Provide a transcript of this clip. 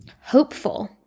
hopeful